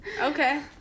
Okay